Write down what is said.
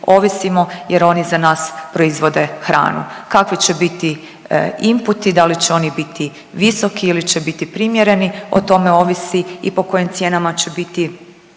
ovisimo jer oni za nas proizvode hranu. Kakvi će biti imputi, da li će oni biti visoki ili će biti primjereni o tome ovisi i po kojim cijenama će biti